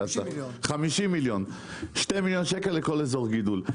50 מיליון ש"ח; 2 מיליון ₪ לכל אזור גידול.